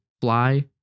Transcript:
fly